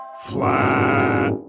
flat